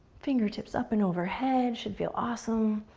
fingertips up and overhead should feel awesome,